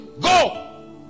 go